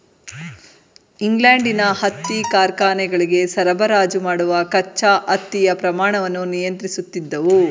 ಇಂಗ್ಲೆಂಡಿನ ಹತ್ತಿ ಕಾರ್ಖಾನೆಗಳಿಗೆ ಸರಬರಾಜು ಮಾಡುವ ಕಚ್ಚಾ ಹತ್ತಿಯ ಪ್ರಮಾಣವನ್ನು ನಿಯಂತ್ರಿಸುತ್ತಿದ್ದವು